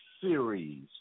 series